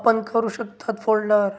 आपण करू शकतात फोल्डर